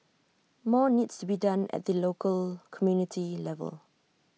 more needs to be done at the local community level